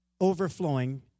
overflowing